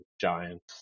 giants